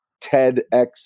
TEDx